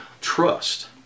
trust